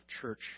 church